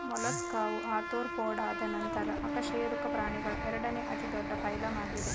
ಮೊಲಸ್ಕಾವು ಆರ್ತ್ರೋಪೋಡಾದ ನಂತರ ಅಕಶೇರುಕ ಪ್ರಾಣಿಗಳ ಎರಡನೇ ಅತಿ ದೊಡ್ಡ ಫೈಲಮ್ ಆಗಿದೆ